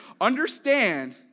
understand